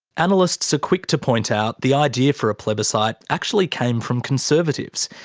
analysts are quick to point out the idea for a plebiscite actually came from conservatives.